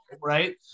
right